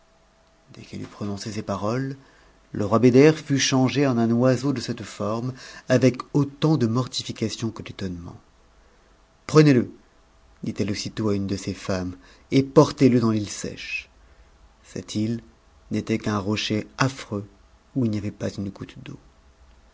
dès qu'elle eut prononcé ces paroles le roi beder fut changé en un oiseau de cette forme avec autant de mortification que d'étonnement prenez dit-elle aussitôt à une de ses femmes et portez-le dans l'île sèche cet île n'était qu'un rocher affreux où il n'y avait pas une goutte d'eau